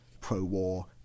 pro-war